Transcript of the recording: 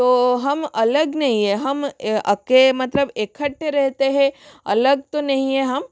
तो हम अलग नहीं हैं हम अके मतलब इखट्टे रेहते हैं अलग तो नहीं हैं हम